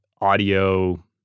audio